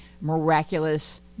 miraculous